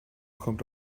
kommt